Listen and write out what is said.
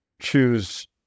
choose